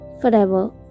forever